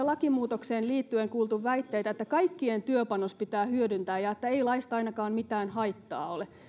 lakimuutokseen liittyen kuultu väitteitä että kaikkien työpanos pitää hyödyntää ja että ei laista ainakaan mitään haittaa ole